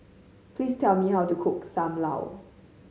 please tell me how to cook Sam Lau